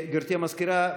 גברתי המזכירה,